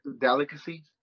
Delicacy